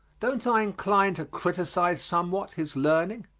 don't i incline to criticise somewhat his learning?